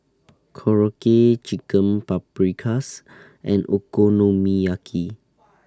Korokke Chicken Paprikas and Okonomiyaki